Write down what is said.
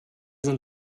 sind